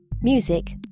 Music